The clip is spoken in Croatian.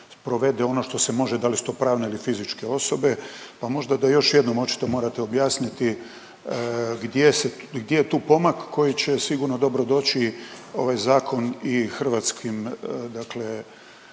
sprovede ono što se može, da li su to pravne ili fizičke osobe, pa možda da još jednom očito morate objasniti gdje se, gdje je tu pomak koji će sigurno dobro doći ovaj zakon i hrvatskim dakle